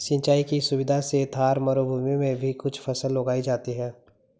सिंचाई की सुविधा से थार मरूभूमि में भी कुछ फसल उगाई जाती हैं